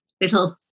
little